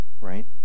right